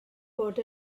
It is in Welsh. bod